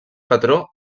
patró